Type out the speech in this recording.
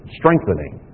strengthening